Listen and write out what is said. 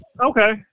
Okay